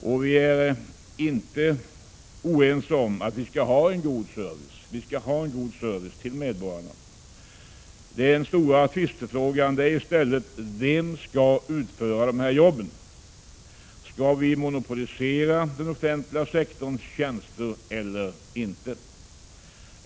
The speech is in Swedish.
Och vi är inte oense om att vi skall ha en god service till medborgarna. Den stora tvistefrågan är i stället: Vem skall utföra de här jobben? Skall vi monopolisera den offentliga sektorns tjänster eller inte?